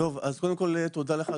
קודם כל תודה לך,